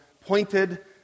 pointed